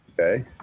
okay